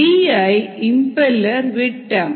Di impeller விட்டம்